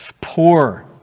poor